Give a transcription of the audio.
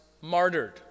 martyred